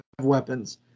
weapons